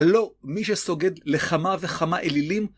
לא, מי שסוגד לכמה וכמה אלילים